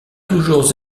toujours